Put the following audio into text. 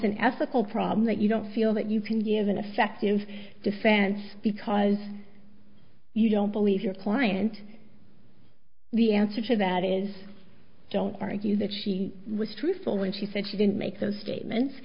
an ethical problem that you don't feel that you can give an effective defense because you don't believe your client the answer to that is don't argue that she was truthful when she said she didn't make those statements